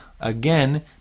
again